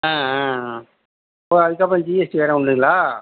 ஆ ஓ அதுக்கப்புறம் ஜிஎஸ்ட்டி வேறு உண்டுங்களா